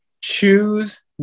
choose